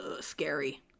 scary